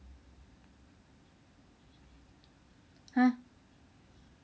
!huh!